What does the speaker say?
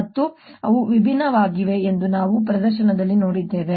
ಮತ್ತು ಅವು ವಿಭಿನ್ನವಾಗಿವೆ ಎಂದು ನಾವು ಪ್ರದರ್ಶನದಲ್ಲಿ ನೋಡಿದ್ದೇವೆ